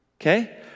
okay